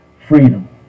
freedom